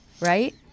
right